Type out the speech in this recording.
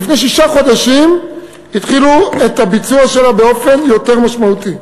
לפני שישה חודשים התחילו את הביצוע שלה באופן יותר משמעותי.